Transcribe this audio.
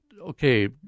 okay